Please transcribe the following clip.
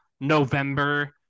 November